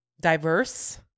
diverse